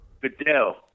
Goodell